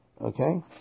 okay